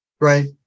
Right